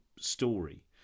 story